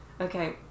Okay